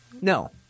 No